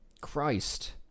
Christ